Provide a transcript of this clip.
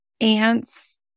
ants